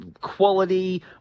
quality